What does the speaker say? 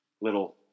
little